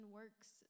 works